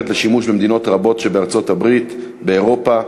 לשימוש במדינות רבות בארצות-הברית ובאירופה,